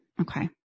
Okay